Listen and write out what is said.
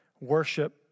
worship